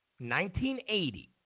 1980